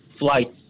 Flights